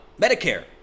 Medicare